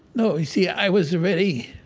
no, you see, i was already